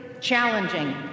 challenging